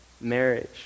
marriage